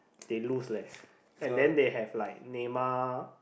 they lose leh and then they have like Neymar